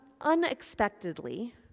unexpectedly